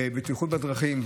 בטיחות בדרכים.